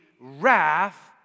wrath